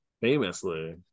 Famously